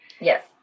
Yes